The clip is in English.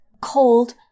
cold